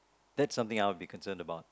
that's something that I'll be concern about